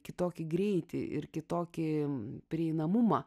kitokį greitį ir kitokį prieinamumą